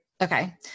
Okay